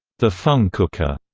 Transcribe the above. the funcooker,